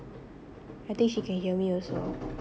I think she can hear me also